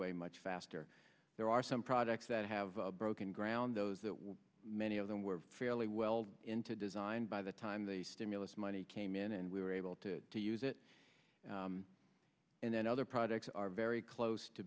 much faster there are some projects that have broken ground those that were many of them were fairly well into designed by the time the stimulus money came in and we were able to to use it and then other projects are very close to